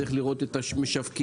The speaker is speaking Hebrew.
צריך לראות את המשווקים,